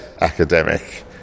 academic